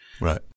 Right